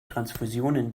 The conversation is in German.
transfusionen